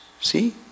see